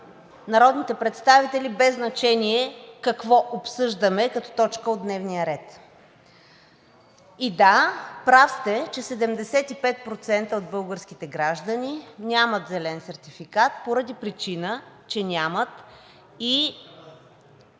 народните представители без значение какво обсъждаме като точка от дневния ред. И да, прав сте, че 75% от българските граждани нямат зелен сертификат поради причина, че нямат и